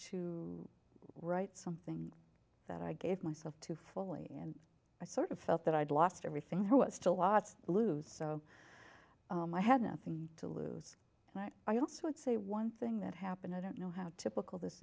to write something that i gave myself to fully and i sort of felt that i'd lost everything there was still lots to lose so i had nothing to lose and i also would say one thing that happened i don't know how typical this